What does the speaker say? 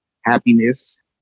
happiness